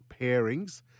pairings